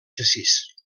xassís